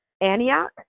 Antioch